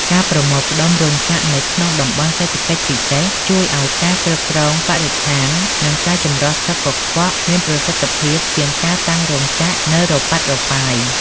ការប្រមូលផ្ដុំរោងចក្រនៅក្នុង តំបន់សេដ្ឋកិច្ចពិសេស ជួយឱ្យការគ្រប់គ្រងបរិស្ថាន និងការចម្រោះទឹកកខ្វក់មានប្រសិទ្ធភាពជាងការតាំងរោងចក្រនៅរប៉ាត់រប៉ាយ។